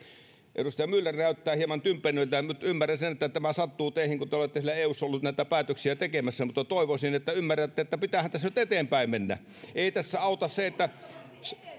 edustaja myller näyttää hieman tympääntyneeltä mutta ymmärrän sen että tämä sattuu teihin kun te olette siellä eussa ollut näitä päätöksiä tekemässä mutta toivoisin että ymmärrätte että pitäähän tässä nyt eteenpäin mennä ei tässä auta se että